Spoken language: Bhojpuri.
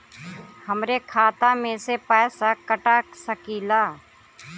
हमरे खाता में से पैसा कटा सकी ला?